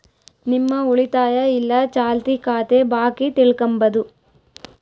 ನಿಮ್ಮ ಉಳಿತಾಯ ಇಲ್ಲ ಚಾಲ್ತಿ ಖಾತೆ ಬಾಕಿ ತಿಳ್ಕಂಬದು